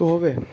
તો હવે